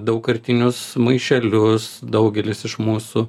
daugkartinius maišelius daugelis iš mūsų